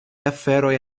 aferoj